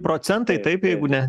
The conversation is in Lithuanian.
procentai taip jeigu ne